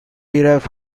derived